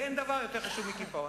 ואין דבר יותר חשוב מקיפאון.